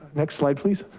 next slide please.